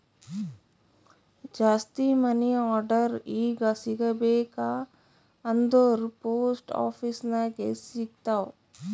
ಜಾಸ್ತಿ money order ಈಗ ಸಿಗಬೇಕ ಅಂದುರ್ ಪೋಸ್ಟ್ ಆಫೀಸ್ ನಾಗೆ ಸಿಗ್ತಾವ್